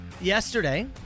Yesterday